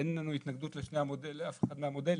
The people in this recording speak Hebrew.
אין לנו התנגדות לאף אחד מהמודלים,